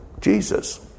Jesus